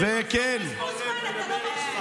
אתה לא מקשיב לכלום.